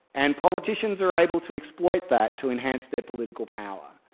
and politicians are able to exploit that to enhance their political power.